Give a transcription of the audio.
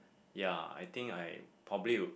ya I think I probably would